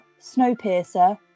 Snowpiercer